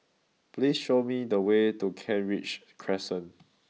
please show me the way to Kent Ridge Crescent